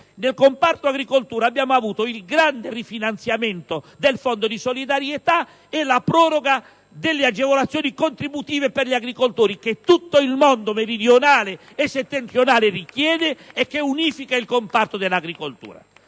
tale comparto abbiamo avuto il grande rifinanziamento del Fondo di solidarietà e la proroga delle agevolazioni contributive per gli agricoltori, che tutto il mondo meridionale e settentrionale richiede e che unifica il comparto dell'agricoltura.